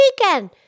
weekend